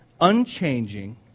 unchanging